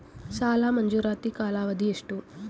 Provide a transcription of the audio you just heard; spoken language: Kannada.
ಸಾಲ ಮಂಜೂರಾತಿ ಕಾಲಾವಧಿ ಎಷ್ಟು?